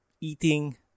eating